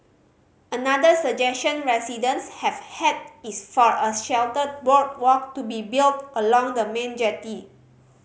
another suggestion residents have had is for a sheltered boardwalk to be built along the main jetty